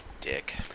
Dick